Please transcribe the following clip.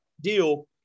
deal